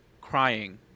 crying